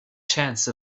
chance